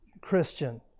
Christian